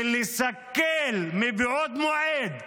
ולסכל מבעוד מועד,